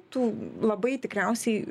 tų labai tikriausiai